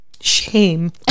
shame